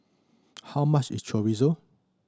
how much is Chorizo